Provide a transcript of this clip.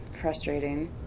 frustrating